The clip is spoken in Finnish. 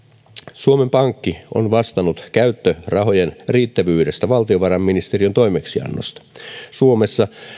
suomen pankki on vastannut käyttörahojen riittävyydestä valtiovarainministeriön toimeksiannosta suomessa